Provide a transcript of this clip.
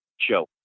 show